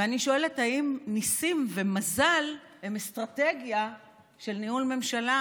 ואני שואלת: האם ניסים ומזל הם אסטרטגיה של ניהול ממשלה